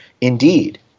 indeed